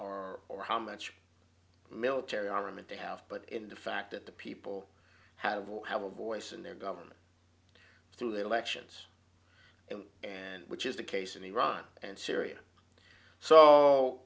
or or how much military argument they have but in the fact that the people have will have a voice in their government through the elections and which is the case in iran and syria so